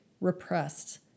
repressed